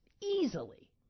easily